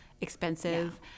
expensive